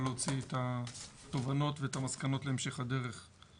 להוציא את התובנות ואת המסקנות להמשך הדרך.